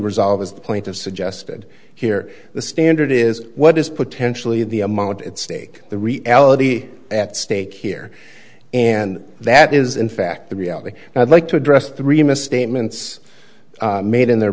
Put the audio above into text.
resolved is the point of suggested here the standard is what is potentially the amount at stake the reality at stake here and that is in fact the reality now like to address three misstatements made in their